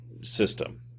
system